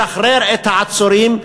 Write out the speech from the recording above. לשחרר את העצורים,